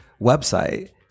website